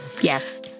Yes